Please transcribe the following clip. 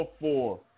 four